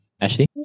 Ashley